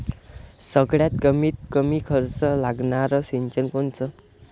सगळ्यात कमीत कमी खर्च लागनारं सिंचन कोनचं?